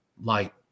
light